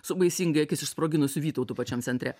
su baisingai akis išsproginusiu vytautu pačiam centre